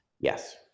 Yes